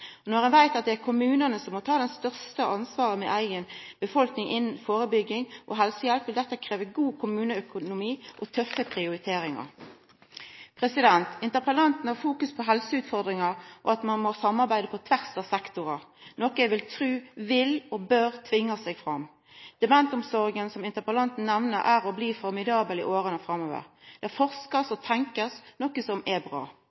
Når ein veit at det er kommunane som må ta det største ansvaret for eiga befolkning innan førebygging og helsehjelp, vil dette krevje god kommuneøkonomi og tøffe prioriteringar. Interpellanten fokuserer på helseutfordringar, og at ein må samarbeida på tvers av sektorar, noko eg trur vil og bør tvinga seg fram. Demensomsorga, som interpellanten nemner, er og blir formidabel i åra framover. Det blir forska og tenkt, noko som er bra.